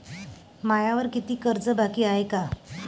मायावर कितीक कर्ज बाकी हाय?